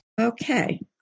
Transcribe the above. Okay